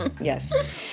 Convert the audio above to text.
Yes